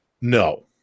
No